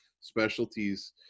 specialties